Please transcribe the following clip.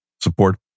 support